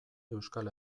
euskal